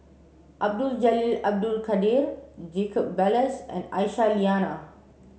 Abdul Jalil Abdul Kadir Jacob Ballas and Aisyah Lyana